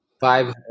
Five